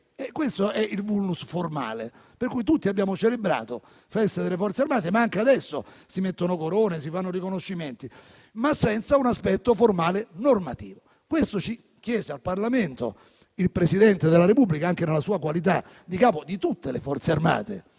questo è il *vulnus* formale: tutti, infatti, abbiamo celebrato la festa delle Forze armate, per cui anche adesso si mettono corone, si fanno riconoscimenti, ma senza un aspetto formale normativo. Questo chiese al Parlamento il Presidente della Repubblica, anche nella sua qualità di Capo di tutte le Forze armate,